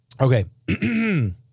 Okay